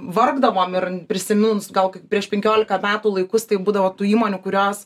vargdavom ir prisiminus gal kaip prieš penkiolika metų laikus tai būdavo tų įmonių kurios